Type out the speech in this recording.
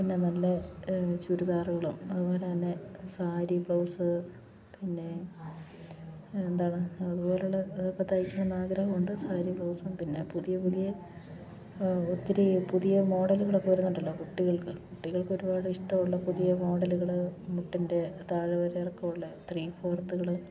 പിന്നെ നല്ല ചുരിദാറുകളും അതുപോലെ തന്നെ സാരി ബ്ലൗസ് പിന്നെ എന്താണ് അതുപോലെയുള്ള ഇതൊക്കെ തയ്ക്കണമെന്ന് ആഗ്രഹമുണ്ട് സാരി ബ്ലൗസും പിന്നെ പുതിയ പുതിയ ഒത്തിരി പുതിയ മോഡലുകളൊക്കെ വരുന്നുണ്ടല്ലോ കുട്ടികൾക്ക് കുട്ടികൾക്ക് ഒരുപാട് ഇഷ്ടമുള്ള പുതിയ മോഡലുകൾ മുട്ടിൻ്റെ താഴവരെ ഇറക്കമുള്ള ത്രീ ഫോർത്തുകൾ